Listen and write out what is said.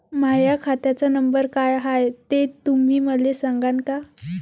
माह्या खात्याचा नंबर काय हाय हे तुम्ही मले सागांन का?